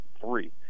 three